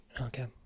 Okay